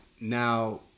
now